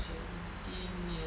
seventeen years